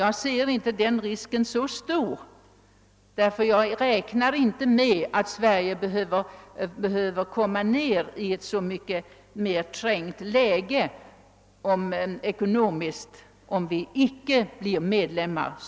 Jag anser inte den risken vara så stor, eftersom jag inte räknar med att Sverige skall behöva komma in i ett så trängt ekonomiskt läge om vi icke blir medlem.